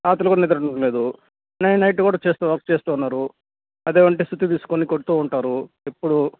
రాత్రుళ్ళు కూడా నిద్ర ఉండట్లేదు నైట్ కూడా చేస్తూ వర్క్ చేస్తూ ఉన్నారు అదేమిటి అంటే సుత్తి తీసుకొని కొడుతూ ఉంటారు ఎప్పుడూ